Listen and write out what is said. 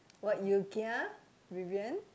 what you kia Vivian